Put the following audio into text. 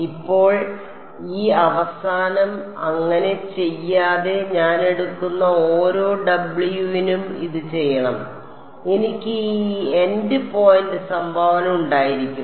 ഇപ്പോൾ ഈ അവസാനം അങ്ങനെ ചെയ്യാതെ ഞാൻ എടുക്കുന്ന ഓരോ W നും ഇത് ചെയ്യണം എനിക്ക് ഈ എൻഡ് പോയിന്റ് സംഭാവന ഉണ്ടായിരിക്കും